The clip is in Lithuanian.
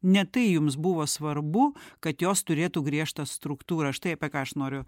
ne tai jums buvo svarbu kad jos turėtų griežtą struktūrą štai apie ką aš noriu